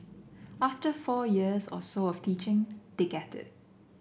after four years or so of teaching they get it